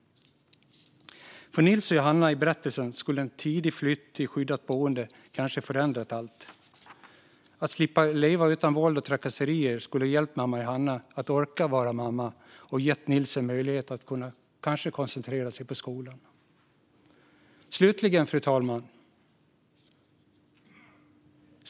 För Nils och Johanna i berättelsen skulle en tidig flytt till skyddat boende kanske ha förändrat allt. Att slippa leva med våld och trakasserier skulle ha hjälpt Johanna att orka vara mamma och kanske gett Nils en möjlighet att koncentrera sig på skolan. Fru talman!